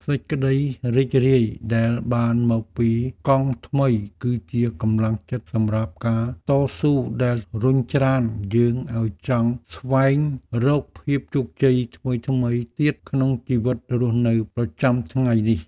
សេចក្ដីរីករាយដែលបានមកពីកង់ថ្មីគឺជាកម្លាំងចិត្តសម្រាប់ការតស៊ូដែលរុញច្រានយើងឱ្យចង់ស្វែងរកភាពជោគជ័យថ្មីៗទៀតក្នុងជីវិតរស់នៅប្រចាំថ្ងៃនេះ។